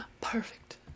perfect